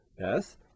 Yes